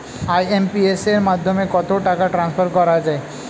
IMPS এর মাধ্যমে কত টাকা ট্রান্সফার করা যায়?